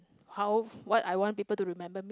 how what I want people to remember me